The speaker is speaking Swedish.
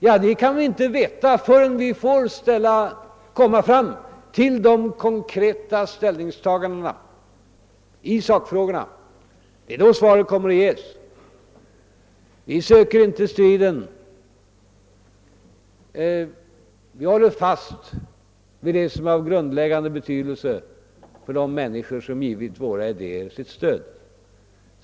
Ja, det kan vi inte veta förrän vi kommit fram till de konkreta ställningstagandena i sakfrågorna. Det är då svaret kommer att ges. Vi söker inte strid. Vi håller fast vid det som är av grundläggande betydelse för de människor som givit våra idéer sitt stöd.